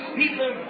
people